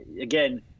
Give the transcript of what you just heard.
again